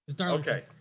Okay